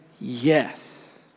yes